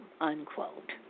unquote